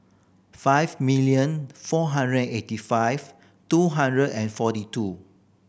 five million four hundred eighty five two hundred and forty two